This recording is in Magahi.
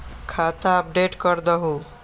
खाता अपडेट करदहु?